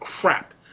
crap